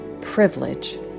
privilege